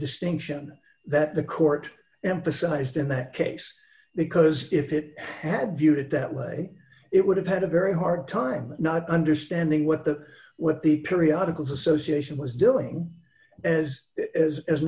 distinction that the court emphasized in that case because if it had viewed it that way it would have had a very hard time not understanding what the what the periodicals association was doing as is